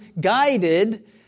guided